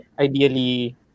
ideally